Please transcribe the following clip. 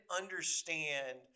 understand